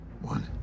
One